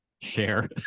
share